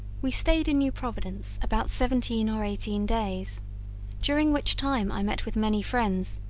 we stayed in new providence about seventeen or eighteen days during which time i met with many friends,